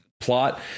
Plot